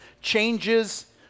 changes